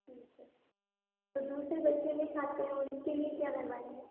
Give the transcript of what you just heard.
ठीक है तो दूसरे बच्चे नहीं खाते हैं वो उन के लिए क्या करवानी है